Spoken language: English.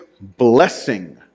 blessing